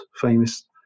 famous